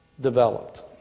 developed